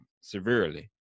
severely